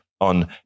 on